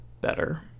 better